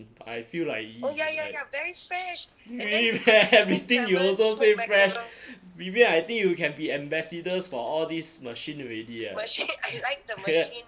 I feel like y~ everything you also say fresh vivian I think you can be ambassadors for all these machines already leh